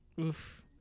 Oof